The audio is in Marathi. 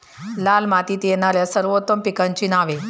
लाल मातीत येणाऱ्या सर्वोत्तम पिकांची नावे?